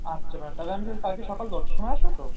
আচ্ছা ম্যাম তাহলে আমি কাল কালকে সকাল দশটার সময় আসবো তো